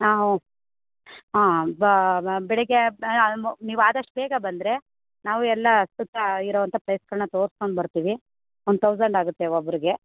ಹಾಂ ಹ್ಞೂ ಹಾಂ ಬೆಳಿಗ್ಗೆ ನೀವು ಆದಷ್ಟು ಬೇಗ ಬಂದರೆ ನಾವು ಎಲ್ಲ ಸುತ್ತ ಇರೋ ಅಂಥ ಪ್ಲೇಸ್ಗಳನ್ನ ತೋರ್ಸ್ಕೊಂಡು ಬರ್ತೀವಿ ಒನ್ ತೌಸಂಡ್ ಆಗುತ್ತೆ ಒಬ್ರಿಗೆ